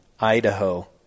Idaho